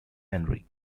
henry